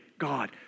God